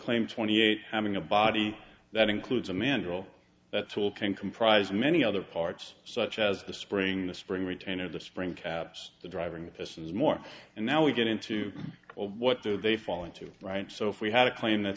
claim twenty eight having a body that includes a mandrel that tool can comprise many other parts such as the spring the spring retainer the spring caps the driving that this is more and now we get into what do they fall into right so if we had a claim that